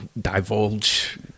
divulge